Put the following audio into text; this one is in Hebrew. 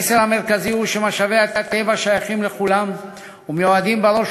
המסר המרכזי הוא שמשאבי הטבע שייכים לכולם ומיועדים בראש